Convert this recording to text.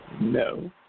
No